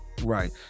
Right